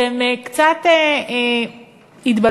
אתם קצת התבלבלתם,